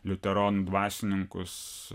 liuteronų dvasininkus